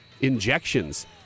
injections